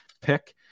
pick